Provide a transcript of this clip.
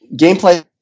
gameplay